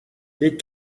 les